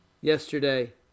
yesterday